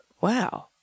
Wow